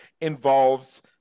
involves